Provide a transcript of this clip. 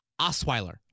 Osweiler